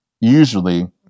usually